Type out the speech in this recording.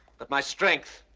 but my strength.